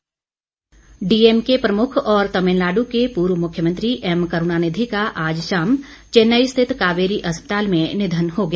शोक डीएमके प्रमुख और तमिलनाडू के पूर्व मुख्यमंत्री एम करूणानिधि का आज शाम चैन्नई स्थित कावेरी अस्पताल में निधन हो गया